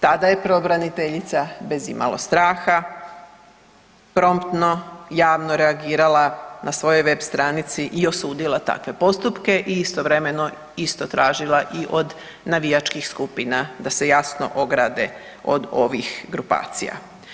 Tada je pravobraniteljica bez imalo straha promptno javno reagirala na svojoj web stranici i osudila takve postupke i istovremeno isto tražila i od navijačkih skupina da se jasno ograde od ovih grupacija.